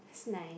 it's nice